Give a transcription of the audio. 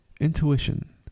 intuition